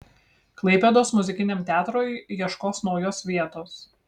klaipėdos muzikiniam teatrui ieškos naujos vietos